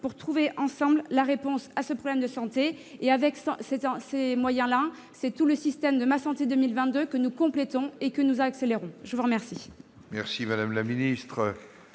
pour trouver ensemble la réponse à ce problème de santé. Avec ces moyens, c'est tout le système Ma santé 2022 que nous complétons et que nous accélérons. La parole